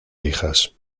hijas